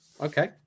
Okay